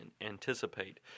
anticipate